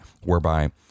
whereby